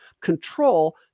control